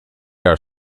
are